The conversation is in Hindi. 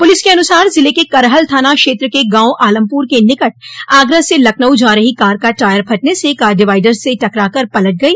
पुलिस के अनुसार जिले के करहल थाना क्षेत्र के गांव आलमपुर के निकट आगरा से लखनऊ जा रही कार का टॉयर फटने से कार डिवाइडर से टकरा कर पलट गई